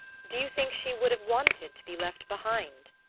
do you think she would have wanted to be left behind?